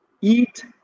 eat